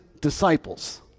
disciples